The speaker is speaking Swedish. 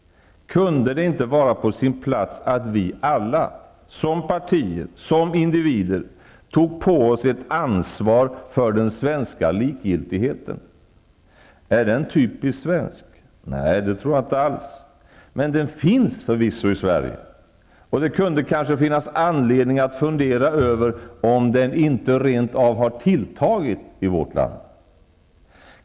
Kunde det inte vara på sin plats att vi alla som partier, som individer tog på oss ett ansvar för den svenska likgiltigheten? Är den typiskt svensk? Nej, det tror jag inte alls, men den finns förvisso i Sverige. Det finns kanske anledning att fundera över om den inte rent av har tilltagit i vårt land.